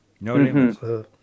No